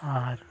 ᱟᱨ